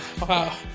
Wow